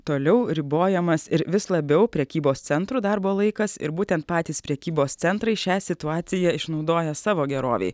toliau ribojamas ir vis labiau prekybos centrų darbo laikas ir būtent patys prekybos centrai šią situaciją išnaudoja savo gerovei